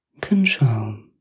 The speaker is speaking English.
control